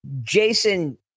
Jason